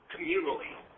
communally